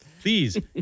Please